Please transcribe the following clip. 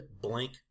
blank